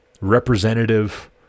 representative